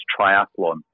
triathlon